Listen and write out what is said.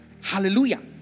Hallelujah